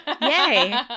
yay